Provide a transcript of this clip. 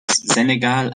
senegal